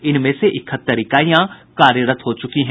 इनमें से इकहत्तर इकाइयां कार्यरत हो चुकी हैं